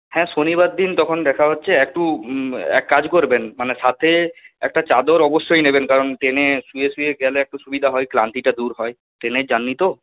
হ্যাঁ শনিবার দিন তখন দেখা হচ্ছে একটু এক কাজ করবেন মানে সাথে একটা চাদর অবশ্যই নেবেন কারণ ট্রেনে শুয়ে শুয়ে গেলে একটু সুবিধা হয় ক্লান্তিটা দূর হয় ট্রেনের জার্নি তো